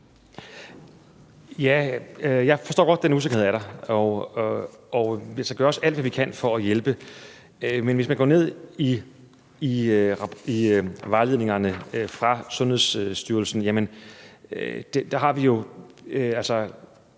Jeg forstår godt, at den usikkerhed er der, og vi skal også gøre alt, hvad vi kan for at hjælpe. Men hvis man går ned i vejledningerne fra Sundhedsstyrelsen, står der jo,